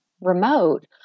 remote